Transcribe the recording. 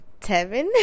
Tevin